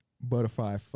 butterfly